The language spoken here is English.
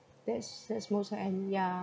that's that's most I am ya